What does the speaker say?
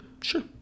Sure